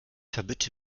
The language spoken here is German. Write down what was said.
verbitte